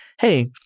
hey